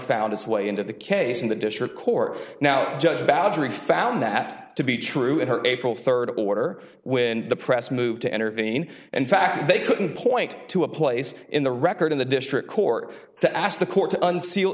found its way into the case in the district court now judge badgering found that to be true in her april third order when the press moved to intervene in fact they couldn't point to a place in the record in the district court to ask the court to unseal